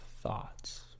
thoughts